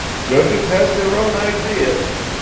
judges has their own ideas.